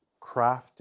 crafting